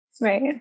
right